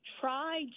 try